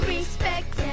Respect